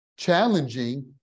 Challenging